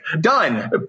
done